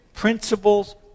principles